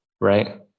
Right